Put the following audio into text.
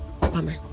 Bummer